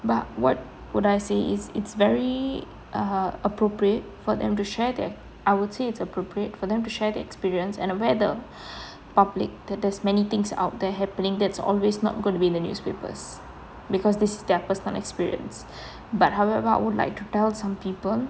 but what would I say it's it's very err appropriate for them to share their I would say it's appropriate for them to share the experience and whether public that there's many things out they're happening that's always not going to be the newspapers because this is their personal experience but however I would like to tell some people